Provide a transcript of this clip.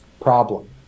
problem